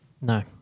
No